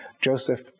Joseph